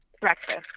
breakfast